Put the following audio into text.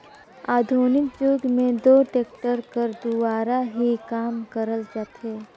आधुनिक जुग मे दो टेक्टर कर दुवारा ही काम करल जाथे